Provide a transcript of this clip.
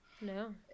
No